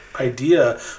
idea